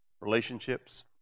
relationships